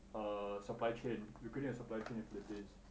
err supply chain equity and supply chain lucratives